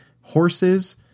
horses